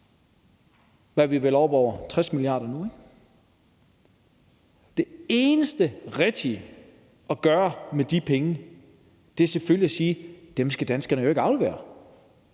– det er vel 60 mia. kr. nu? Det eneste rigtige at gøre med de penge er selvfølgelig at sige, at dem skal danskerne ikke aflevere.